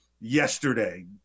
yesterday